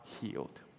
healed